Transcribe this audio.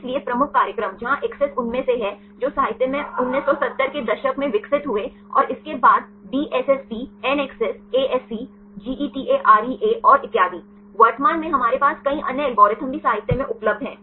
इसलिए प्रमुख कार्यक्रम जहां ACCESS उन मैं से हैं जो साहित्य में 1970 के दशक मै विकसित हुए और इसके बाद DSSP NACCESS ASC GETAREA और इतियादी वर्तमान में हमारे पास कई अन्य एल्गोरिदम भी साहित्य में उपलब्ध हैं